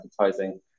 Advertising